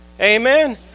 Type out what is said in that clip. Amen